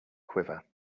quiver